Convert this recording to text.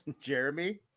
Jeremy